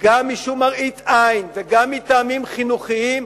וגם משום מראית עין וגם מטעמים חינוכיים,